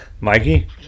Mikey